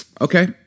Okay